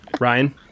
Ryan